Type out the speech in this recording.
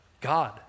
God